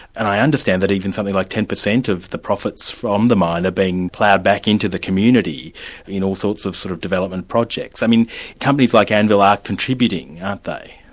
and i understand that even something like ten percent of the profits from the mine are being ploughed back into the community in all sorts of sort of development projects. i mean companies like anvil are contributing, aren't they?